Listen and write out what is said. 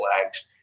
flags